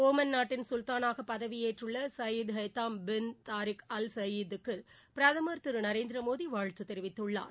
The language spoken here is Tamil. ஒமன் நாட்டின் சுல்தானாக பதவியேற்றுள்ள Sayyid Haitham bin Tariq Al Said க்கு பிரதமர் திரு நரேந்திர மோடி வாழ்த்து தெரிவித்துள்ளார்